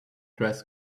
dress